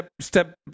step